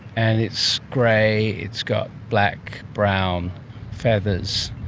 and it's grey, it's got black, brown feathers,